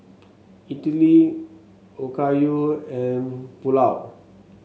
Idili Okayu and Pulao